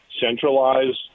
Centralized